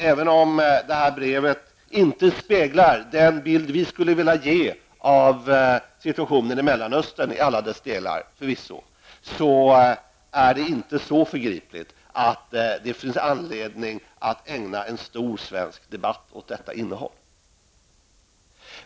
Även om brevet således inte speglar den bild som vi skulle vilja ge av situationen i Mellanöstern i alla dess delar, anser vi inte att brevet är så förgripligt att det finns anledning att här föra en lång debatt om dess innehåll.